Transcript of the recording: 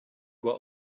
were